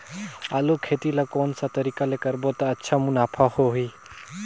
आलू खेती ला कोन सा तरीका ले करबो त अच्छा मुनाफा होही?